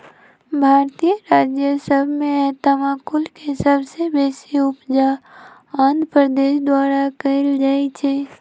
भारतीय राज्य सभ में तमाकुल के सबसे बेशी उपजा आंध्र प्रदेश द्वारा कएल जाइ छइ